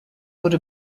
would